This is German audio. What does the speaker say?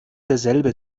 derselbe